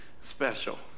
special